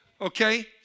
Okay